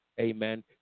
amen